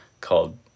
called